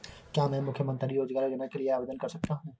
क्या मैं मुख्यमंत्री रोज़गार योजना के लिए आवेदन कर सकता हूँ?